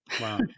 Wow